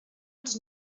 els